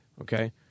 okay